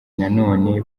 nanone